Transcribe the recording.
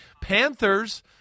Panthers